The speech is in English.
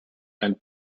and